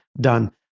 done